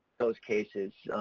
those cases,